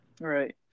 right